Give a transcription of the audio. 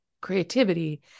creativity